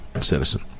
citizen